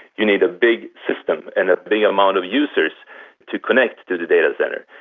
you need a big system and a big amount of users to connect to the data centre.